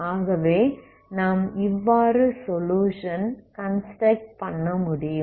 ஆகவே நாம் இவ்வாறு சொலுயுஷன் கன்ஸ்ட்ரக்ட் பண்ண முடியும்